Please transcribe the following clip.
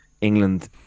England